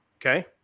Okay